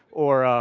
or